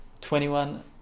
21